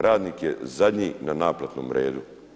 Radnik je zadnji na naplatnom redu.